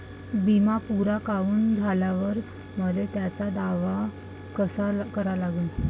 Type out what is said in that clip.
बिमा पुरा भरून झाल्यावर मले त्याचा दावा कसा करा लागन?